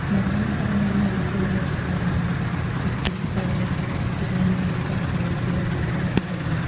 mutton కర్రీనైనా ఈజీగా నేర్చుకున్నా గానీ ఈ ఫిష్ కర్రీ బిర్యానీ అయితే అసలు ఈజీగా నేర్చుకోలేకపోతున్నా